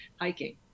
hiking